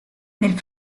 nel